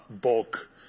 bulk